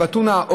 בטונה,